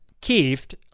Kieft